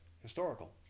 historical